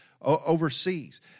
overseas